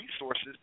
resources